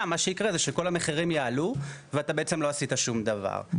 מה שיקרה זה שכל המחירים יעלו ואתה בעצם לא עשית שום דבר,